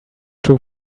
true